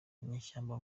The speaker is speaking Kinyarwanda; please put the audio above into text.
inyeshyamba